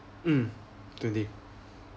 mm twenty